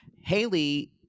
Haley